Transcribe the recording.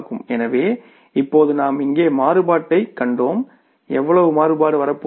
எனவே இப்போது நாம் இங்கே மாறுபாட்டைக் கண்டோம் எவ்வளவு மாறுபாடு வரப்போகிறது